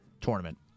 tournament